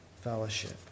Fellowship